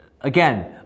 again